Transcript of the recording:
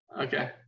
Okay